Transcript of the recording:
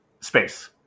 space